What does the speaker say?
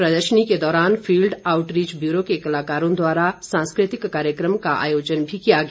प्रदर्शनी के दौरान फील्ड आउटरीच ब्यूरो के कलाकारों द्वारा सांस्कृतिक कार्यकम का आयोजन भी किया गया